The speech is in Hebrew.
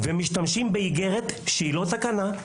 משתמשים באיגרת שהיא לא תקנה,